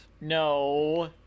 No